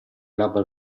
labbra